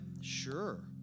Sure